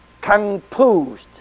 composed